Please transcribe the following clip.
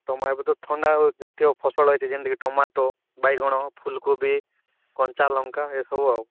ତମେ ଏବେ ତ ଥଣ୍ଡା ଜାତୀୟ ଫସଲ ହେଇଛି ଯେମିତିକି ଟୋମାଟୋ ବାଇଗଣ ଫୁଲକୋବି କଞ୍ଚାଲଙ୍କା ଏସବୁ ଆଉ